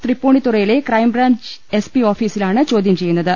തൃപ്പൂ ണിത്തു റയിലെ crime branch S P ഓഫീസിലാണ് ചോദ്യം ചെയ്യു ന്നത്